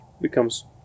becomes